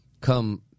come